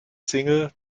single